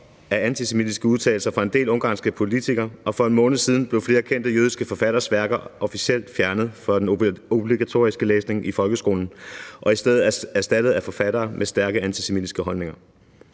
af antisemitiske udtalelser fra en del ungarske politikere. Og for en måned siden blev flere kendte jødiske forfatteres værker officielt fjernet fra den obligatoriske læsning i folkeskolen og i stedet erstattet af forfattere med stærke antisemitiske holdninger.